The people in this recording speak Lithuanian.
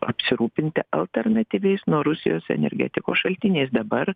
apsirūpinti alternatyviais nuo rusijos energetikos šaltiniais dabar